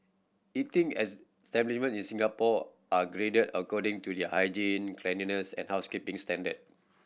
eating establishment in Singapore are graded according to their hygiene cleanliness and housekeeping standard